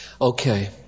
Okay